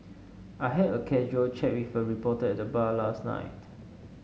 I had a casual chat with a reporter at the bar last night